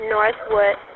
Northwood